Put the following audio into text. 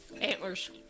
Antlers